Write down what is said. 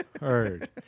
heard